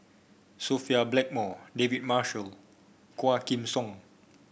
Sophia Blackmore David Marshall Quah Kim Song